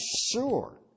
sure